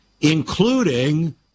including